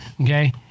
Okay